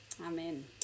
Amen